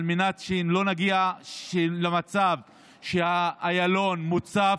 על מנת שלא נגיע למצב שאיילון מוצף,